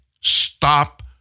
stop